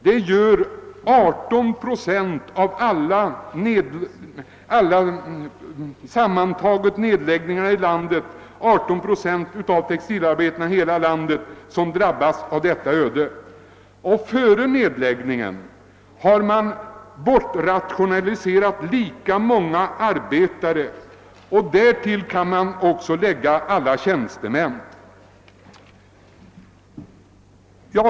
Det innebär att 18 procent av alla textilarbetare i landet som har drabbats av detta öde varit bosatta i Norrköping. Före nedläggningarna hade bortrationaliserats lika många arbetare, och därtill kan läggas många tjänstemän.